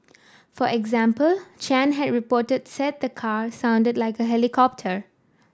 for example Chan had reported said the car sounded like a helicopter